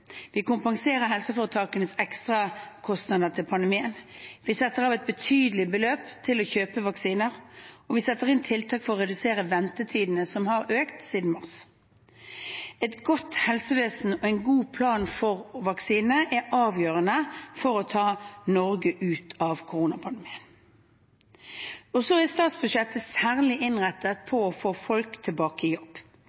Vi kompenserer helseforetakenes ekstrakostnader til pandemien. Vi setter av et betydelig beløp til å kjøpe vaksiner, og vi setter inn tiltak for å redusere ventetidene, som har økt siden mars. Et godt helsevesen og en god plan for vaksine er avgjørende for å ta Norge ut av koronapandemien. Videre er statsbudsjettet særlig innrettet